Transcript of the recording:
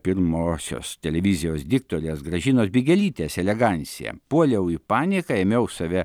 pirmosios televizijos diktorės gražinos bigelytės elegancija puoliau į paniką ėmiau save